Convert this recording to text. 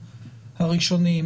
הראשוניים,